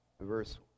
verse